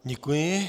Děkuji.